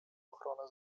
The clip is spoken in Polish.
ochronę